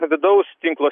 vidaus tinklo